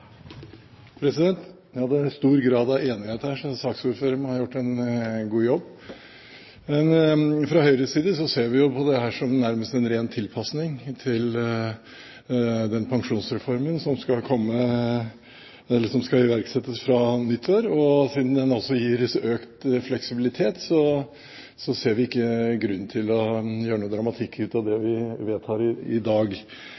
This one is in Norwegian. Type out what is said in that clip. stor grad av enighet her, så saksordføreren må ha gjort en god jobb. Fra Høyres side ser vi på dette nærmest som en ren tilpassing til den pensjonsreformen som skal iverksettes fra nyttår, og siden den også gir økt fleksibilitet, ser vi ikke grunn til å lage noe dramatikk ut av det vi vedtar i dag.